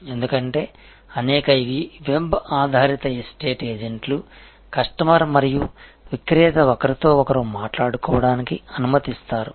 ఎందుకంటే అనేక ఈ వెబ్ ఆధారిత ఎస్టేట్ ఏజెంట్లు కస్టమర్ మరియు విక్రేత ఒకరితో ఒకరు మాట్లాడుకోవడానికి అనుమతిస్తారు